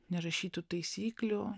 nerašytų taisyklių